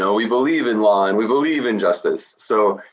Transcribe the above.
so we believe in law and we believe in justice. so,